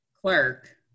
clerk